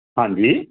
ਹਾਂਜੀ